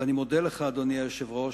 ואני מודה לך, אדוני היושב-ראש,